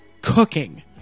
cooking